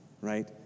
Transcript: right